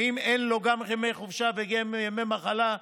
ואם אין לו גם ימי חופשה וגם ימי מחלה,